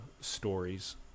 stories